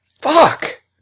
Fuck